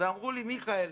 ואמרו לי: מיכאל,